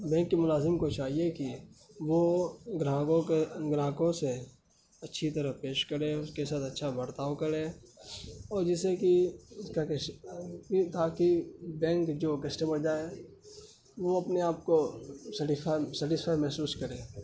bank کے ملازم کو چاہیے کہ وہ گراہکوں کے گراہکوں سے اچھی طرح پیش کریں اس کے ساتھ اچھا برتاؤ کرے اور جیسے کہ تاکہ تاکہ بینک جو کسٹمر جائے وہ اپنے آپ کو سیٹیفائی سٹیسفائی محسوس کرے